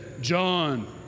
John